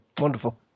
Wonderful